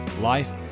life